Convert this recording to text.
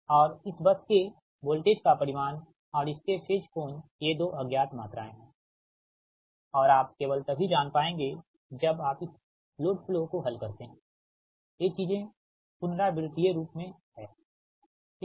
और इस बस के वोल्टेज का परिमाण और इसके फेज कोण ये 2 अज्ञात मात्राएं हैं और आप केवल तभी जान पाएंगे जब आप इस लोड फ्लो को हल करते हैंये चीजें पुनरावृतीय रूप में है ठीक